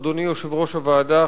אדוני יושב-ראש הוועדה,